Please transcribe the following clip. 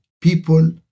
people